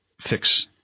fix